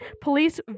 police